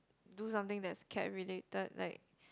do something that's care related like